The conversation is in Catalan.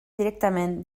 directament